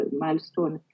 milestone